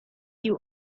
you